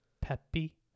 peppy